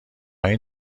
این